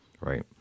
right